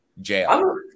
Jail